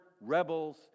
rebels